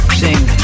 sing